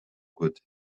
good